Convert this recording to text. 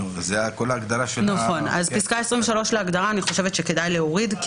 חושבת שכדאי להוריד את פסקה (23),